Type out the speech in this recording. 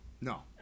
no